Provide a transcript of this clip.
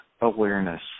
awareness